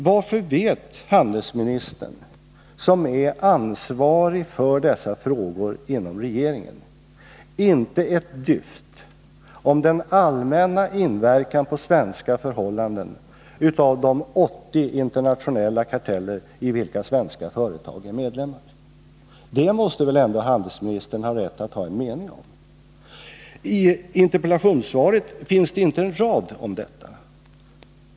Varför vet inte handelsministern, som är ansvarig för dessa frågor inom regeringen, ett dyft om den allmänna inverkan på svenska förhållanden av de 80 internationella karteller i vilka svenska företag är medlemmar? Det måste väl ändå handelsministern ha rätt att ha en mening om. I interpellationssvaret finns inte en rad om detta.